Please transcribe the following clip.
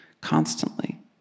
constantly